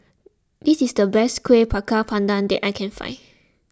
this is the best Kuih Bakar Pandan that I can find